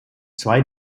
zwei